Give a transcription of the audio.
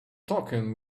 talking